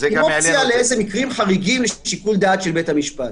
עם אופציה למקרים חריגים שיהיו בשיקול דעת של בית המשפט.